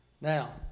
Now